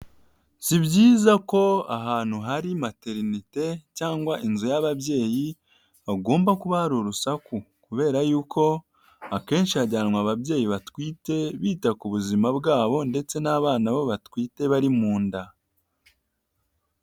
Si byiza ko ahantu hari materinite cyangwa inzu y'ababyeyi bagomba kuba hari urusaku kubera yuko akenshi hajyanwa ababyeyi batwite bita ku buzima bwabo ndetse n'abana bo batwite bari mu nda.